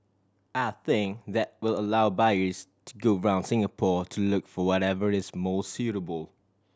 I think that will allow buyers to go around Singapore to look for whatever is most suitable